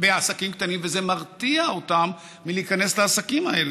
וזה מרתיע אותן מלהיכנס לעסקים האלה.